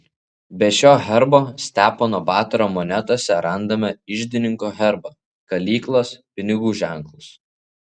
be šio herbo stepono batoro monetose randame iždininko herbą kalyklos pinigų ženklus